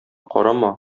карама